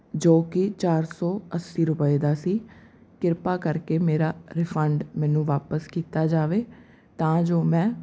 ਜੋ ਕਿ ਚਾਰ ਸੌ ਅੱਸੀ ਰੁਪਏ ਦਾ ਸੀ ਕਿਰਪਾ ਕਰਕੇ ਮੇਰਾ ਰਿਫੰਡ ਮੈਨੂੰ ਵਾਪਸ ਕੀਤਾ ਜਾਵੇ ਤਾਂ ਜੋ ਮੈਂ